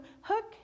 hook